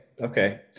Okay